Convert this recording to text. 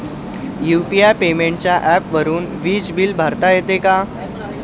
UPI पेमेंटच्या ऍपवरुन वीज बिल भरता येते का?